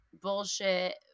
bullshit